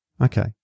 Okay